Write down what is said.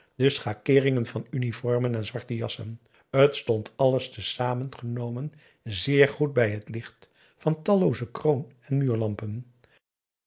de schakeeringen van uniformen en zwarte jassen t stond alles te zamen genomen zeer goed bij het licht van tallooze kroon en